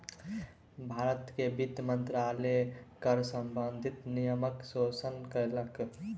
भारत के वित्त मंत्रालय कर सम्बंधित नियमक संशोधन केलक